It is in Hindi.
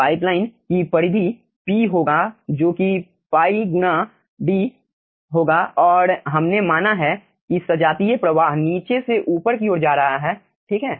पाइपलाइन की परिधि p होगा जो जोकि pi गुणा D होगा और हमने माना है कि सजातीय प्रवाह नीचे से ऊपर की ओर जा रहा है ठीक है